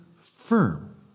firm